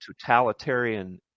totalitarian